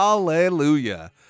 Hallelujah